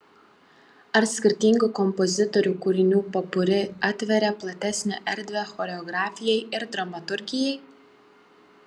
ar skirtingų kompozitorių kūrinių popuri atveria platesnę erdvę choreografijai ir dramaturgijai